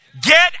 Get